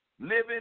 Living